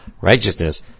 righteousness